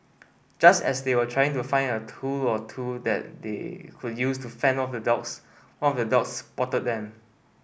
just as they were trying to find a tool or two that they could use to fend off the dogs one of the dogs spotted them